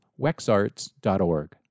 wexarts.org